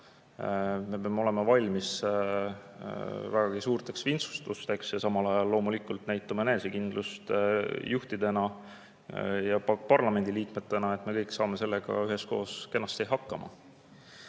olema valmis väga suurteks vintsutusteks ja samal ajal loomulikult näitama enesekindlust juhtidena ja parlamendiliikmetena, et me kõik saame sellega üheskoos kenasti hakkama. Ma